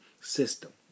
system